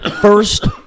First